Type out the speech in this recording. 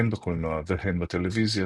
הן בקולנוע הן בטלוויזיה,